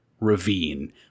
ravine